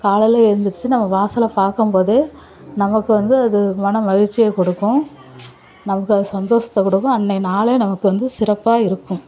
காலையில் எழுந்திருச்சு நம்ம வாசலை பார்க்கும் போது நமக்கு வந்து அது மன மகிழ்ச்சியை கொடுக்கும் நமக்கு அது சந்தோஷத்தை கொடுக்கும் அன்றைய நாள் நமக்கு வந்து சிறப்பாக இருக்கும்